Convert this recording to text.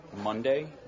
Monday